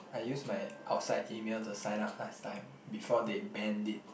I use my outside E-mail to sign up last time before they banned it